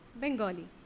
Bengali